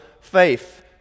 faith